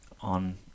on